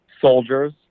soldiers